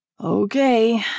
Okay